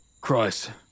Christ